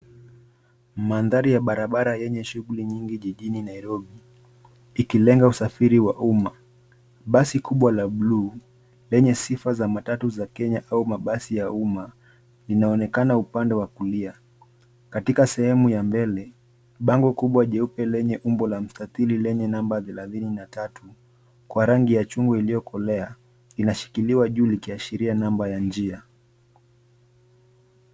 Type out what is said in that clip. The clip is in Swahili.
Mandhari ya barabara yenye shughuli nyingi jijini Nairobi, ikilenga usafiri wa umma. Basi kubwa la buluu lenye sifa za matatu za Kenya au mabasi ya umma inaonekana upande wa kulia. Katika sehemu ya mbele, bango kubwa jeupe lenye umbo la mstatili lenye namba thelathini na tatu kwa rangi ya chungwa iliyokolea inashikiliwa juu likiashiria namba ya njia.